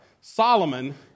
Solomon